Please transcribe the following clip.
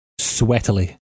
sweatily